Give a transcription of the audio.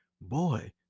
Boy